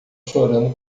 chorando